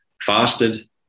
fasted